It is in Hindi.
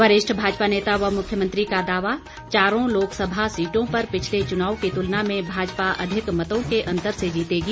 वरिष्ठ भाजपा नेता व मुख्यमंत्री का दावा चारों लोकसभा सीटों पर पिछले चुनाव की तुलना में भाजपा अधिक मतों के अंतर से जीतेगी